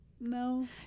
No